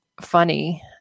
funny